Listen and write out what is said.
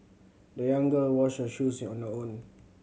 the young girl washed her shoes on her own